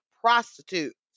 prostitutes